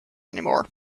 anymore